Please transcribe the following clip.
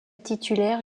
titulaire